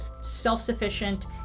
self-sufficient